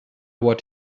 what